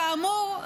כאמור,